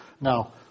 Now